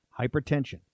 Hypertension